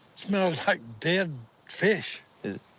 smells like dead fish! is